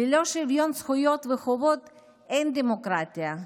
ללא שוויון זכויות וחובות אין דמוקרטיה,